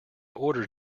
order